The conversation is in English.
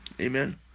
Amen